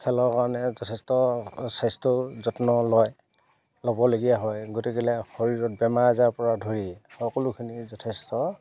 খেলৰ কাৰণে যথেষ্ট স্বাস্থ্যৰ যত্ন লয় ল'বলগীয়া হয় গতিকেলৈ শৰীৰত বেমাৰ আজাৰৰ পৰা ধৰি সকলোখিনি যথেষ্ট